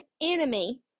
enemy